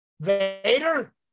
Vader